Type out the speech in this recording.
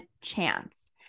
chance